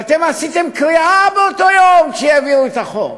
ואתם עשיתם קריעה באותו יום שהעבירו את החוק.